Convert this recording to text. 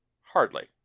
Hardly